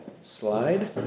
slide